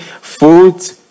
food